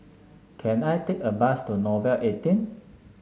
can I take a bus to Nouvel eighteen